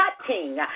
cutting